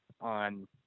on